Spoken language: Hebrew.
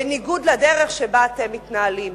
בניגוד לדרך שבה אתם מתנהלים.